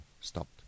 stopped